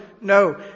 no